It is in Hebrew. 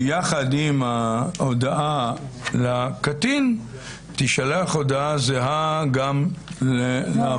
שיחד עם ההודעה לקטין תישלח הודעה זהה גם לאפוטרופוס שלו?